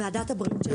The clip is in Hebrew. ועדת הבריאות של הכנסת.